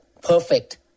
perfect